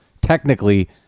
technically